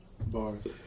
Bars